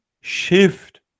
shift